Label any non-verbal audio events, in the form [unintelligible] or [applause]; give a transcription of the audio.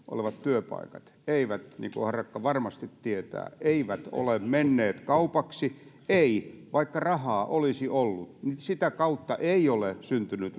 [unintelligible] olevat työpaikat niin kuin harakka varmasti tietää eivät ole menneet kaupaksi ei vaikka rahaa olisi ollut niin sitä kautta ei ole syntynyt [unintelligible]